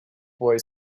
boy